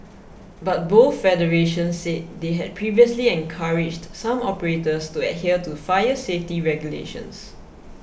but both federations said they had previously encouraged some operators to adhere to fire safety regulations